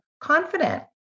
confident